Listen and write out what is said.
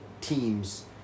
teams